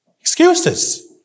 excuses